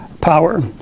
power